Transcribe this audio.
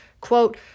quote